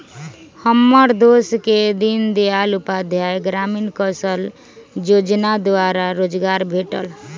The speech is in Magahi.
हमर दोस के दीनदयाल उपाध्याय ग्रामीण कौशल जोजना द्वारा रोजगार भेटल